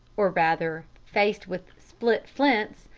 or, rather, faced with split flints,